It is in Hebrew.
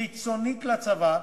חיצונית לצבא,